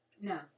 No